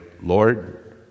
Lord